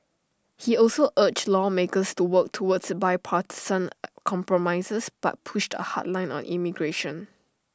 he also urged lawmakers to work toward bipartisan compromises but pushed A hard line on immigration